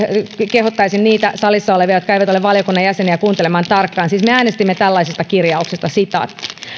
kehottaisin niitä salissa olevia jotka eivät ole valiokunnan jäseniä kuuntelemaan tarkkaan siis me äänestimme tällaisesta kirjauksesta